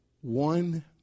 one